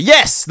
Yes